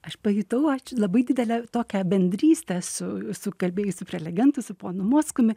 aš pajutau ačiū labai didelę tokią bendrystę su sukalbėjusiu prelegentu su ponu mockumi